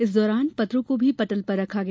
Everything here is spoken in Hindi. इस दौरान पत्रों को भी पटल पर रखा गया